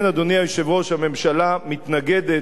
הממשלה מתנגדת להצעות החוק.